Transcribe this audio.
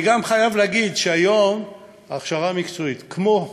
אני גם חייב להגיד שהיום ההכשרה המקצועית, כמו,